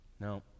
No